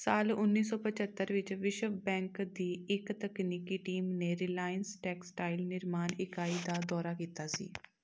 ਸਾਲ ਉੱਨੀ ਸੌ ਪਝੱਤਰ ਵਿੱਚ ਵਿਸ਼ਵ ਬੈਂਕ ਦੀ ਇੱਕ ਤਕਨੀਕੀ ਟੀਮ ਨੇ ਰਿਲਾਇੰਸ ਟੈਕਸਟਾਈਲ ਨਿਰਮਾਣ ਇਕਾਈ ਦਾ ਦੌਰਾ ਕੀਤਾ ਸੀ